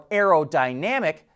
aerodynamic